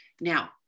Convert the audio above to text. Now